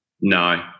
No